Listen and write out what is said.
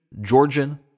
Georgian